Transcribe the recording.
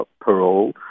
parole